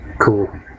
Cool